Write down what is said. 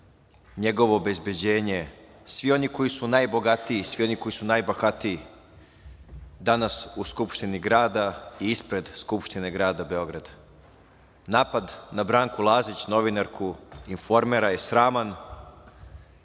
njegovo obezbeđenje, svi oni koji su najbogatiji, svi oni koji su najbahatiji danas u Skupštini grada i ispred Skupštine grada Beograda. Napad na Branku Lazić novinarku „Informera“ je sraman.